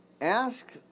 ask